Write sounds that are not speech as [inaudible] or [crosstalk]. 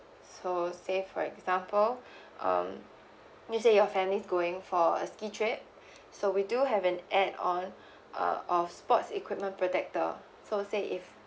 so say for example [breath] um let's say your family going for a ski trip so we do have an add-on uh of sports equipment protector so say if